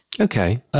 okay